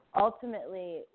ultimately